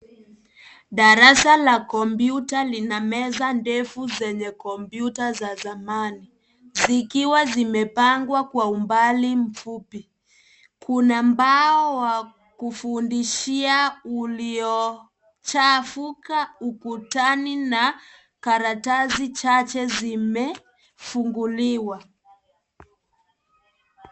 Darasa la kompyuta lina meza ndefu zenye kompyuta za zamani zikiwa zimepangwa kwa umbali mfupi. Kuna mbao wa kufundishia uliochafuka ukutani na karatasi chache zimefunguliwa.